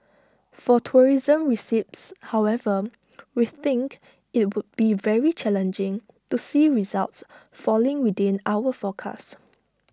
for tourism receipts however we think IT would be very challenging to see results falling within our forecast